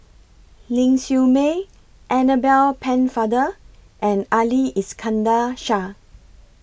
Ling Siew May Annabel Pennefather and Ali Iskandar Shah